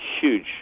huge